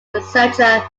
researcher